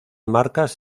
marcas